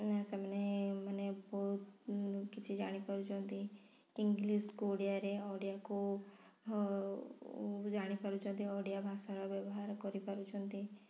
ସେମାନେ ମାନେ ବହୁତ କିଛି ଜାଣି ପାରୁଛନ୍ତି ଇଂଲିଶ୍କୁ ଓଡ଼ିଆରେ ଓଡ଼ିଆକୁ ଜାଣି ପାରୁଛନ୍ତି ଓଡ଼ିଆଭାଷାର ବ୍ୟବହାର କରିପାରୁଛନ୍ତି